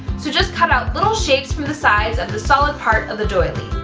so just cut out little shapes from the sides of the solid part of the doily.